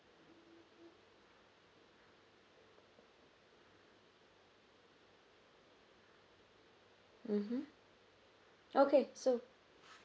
mmhmm okay so